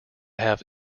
have